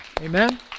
Amen